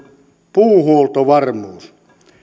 puuhuoltovarmuus